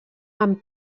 amb